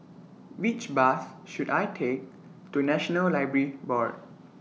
Which Bus should I Take to National Library Board